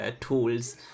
tools